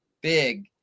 big